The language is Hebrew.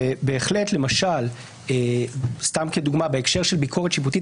בהחלט למשל סתם כדוגמה בהקשר של ביקורת שיפוטית